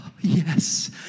yes